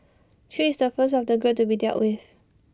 chew is the first of the group to be dealt with